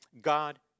God